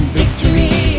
victory